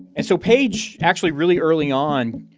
and so page, actually really early on,